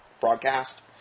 broadcast